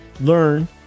learn